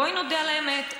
בואי נודה על האמת.